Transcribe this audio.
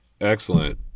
excellent